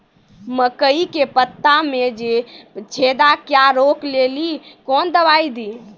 मकई के पता मे जे छेदा क्या रोक ले ली कौन दवाई दी?